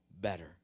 better